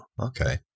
okay